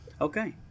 Okay